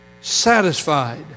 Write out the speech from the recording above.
satisfied